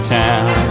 town